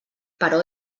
però